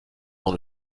dans